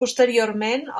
posteriorment